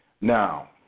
Now